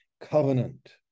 covenant